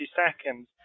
seconds